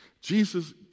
Jesus